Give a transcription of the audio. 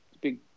big